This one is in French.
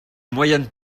moyenne